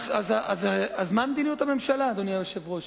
אז מה מדיניות הממשלה, אדוני היושב-ראש?